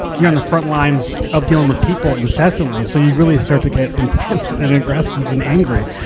you're on the front lines of dealing with people incessantly, so you really start to get intense and aggressive and angry.